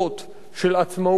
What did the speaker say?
של עצמאות לאומית.